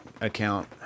account